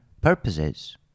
purposes